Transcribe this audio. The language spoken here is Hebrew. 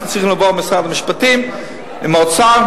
אנחנו צריכים לעבוד עם משרד המשפטים ועם האוצר,